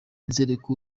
nizereko